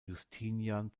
justinian